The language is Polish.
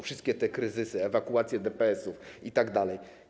Wszystkie te kryzysy, ewakuacje DPS-ów itd.